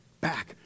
back